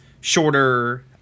shorter